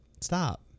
stop